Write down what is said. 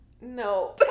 No